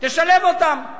תשלב אותם.